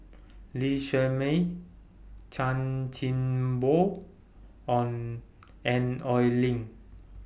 Lee Shermay Chan Chin Bock on and Oi Lin